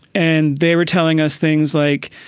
and they were telling us things like,